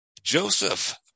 Joseph